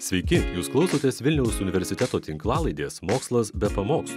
sveiki jūs klausotės vilniaus universiteto tinklalaidės mokslas be pamokslų